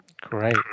Great